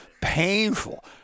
painful